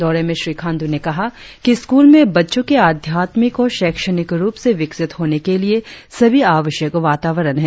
दौरे में श्री खांडू ने कहा कि स्कूल में बच्चों के आध्यात्मिक और शैक्षणिक रुप से विकसित होने के लिए सभी आवश्यक वातावरण है